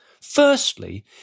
Firstly